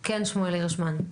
כן, שמואל הירשמן.